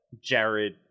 Jared